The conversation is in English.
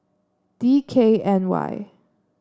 D K N Y